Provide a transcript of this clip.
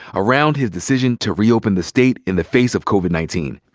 around his decision to reopen the state in the face of covid nineteen.